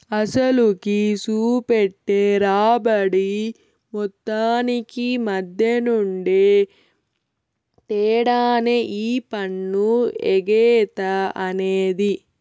అసలుకి, సూపెట్టే రాబడి మొత్తానికి మద్దెనుండే తేడానే ఈ పన్ను ఎగేత అనేది